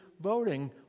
voting